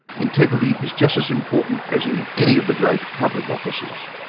integrity is just as important as in any of the great public offices.